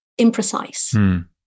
imprecise